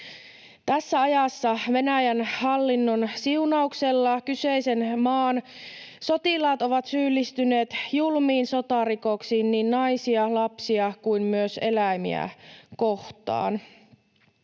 Tässä ajassa Venäjän hallinnon siunauksella kyseisen maan sotilaat ovat syyllistyneet julmiin sotarikoksiin niin naisia, lapsia kuin myös eläimiä kohtaan.